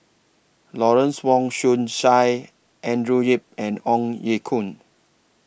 Lawrence Wong Shyun Tsai Andrew Yip and Ong Ye Kung